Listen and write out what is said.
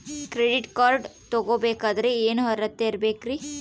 Credit card ತೊಗೋ ಬೇಕಾದರೆ ಏನು ಅರ್ಹತೆ ಇರಬೇಕ್ರಿ?